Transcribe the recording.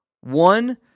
One